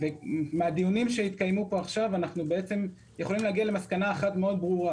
מהדיונים שהתקיימו פה עכשיו אפשר להגיע למסקנה ברורה